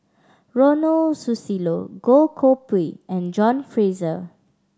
Ronald Susilo Goh Koh Pui and John Fraser